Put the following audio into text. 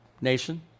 nation